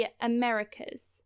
Americas